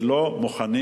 שלא מוכנים,